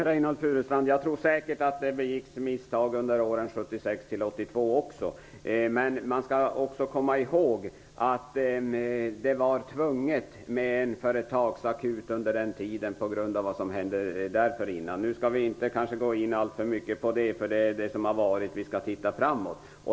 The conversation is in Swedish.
Herr talman! Jag tror säkert att det begicks misstag även under åren 1976--1982, Reynoldh Furustrand. Men man skall också komma ihåg att det var tvunget med en företagsakut under den tiden på grund av vad som hände därförinnan. Nu skall vi kanske inte alltför mycket gå in på det som varit, utan vi skall titta framåt.